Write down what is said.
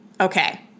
Okay